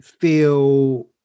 feel